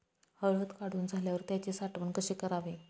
हळद काढून झाल्यावर त्याची साठवण कशी करावी?